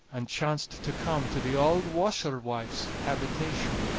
and chanced to come to the auld washerwife's habitation.